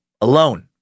alone